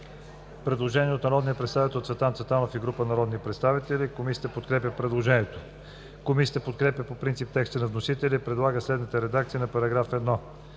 Предложение от народния представител Цветан Цветанов и група народни представители. Комисията подкрепя предложението. Комисията подкрепя по принцип текста на вносителя и предлага наименованието на